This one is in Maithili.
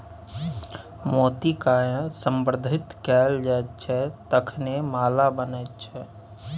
मोतीकए संवर्धित कैल जाइत छै तखने माला बनैत छै